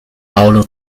paolo